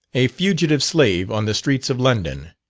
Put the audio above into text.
a fugitive slave on the streets of london